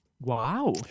Wow